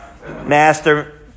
Master